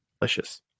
Delicious